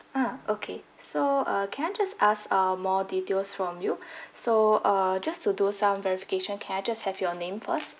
ah okay so uh can I just ask uh more details from you so err just to do some verification can I just have your name first